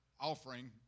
offering